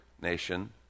nation